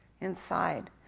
inside